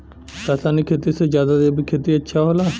रासायनिक खेती से ज्यादा जैविक खेती अच्छा होला